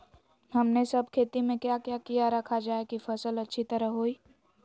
हमने सब खेती में क्या क्या किया रखा जाए की फसल अच्छी तरह होई?